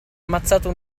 ammazzato